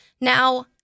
Now